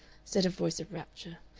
said a voice of rapture.